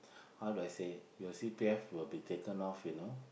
how do I say the C_P_F would be taken off you know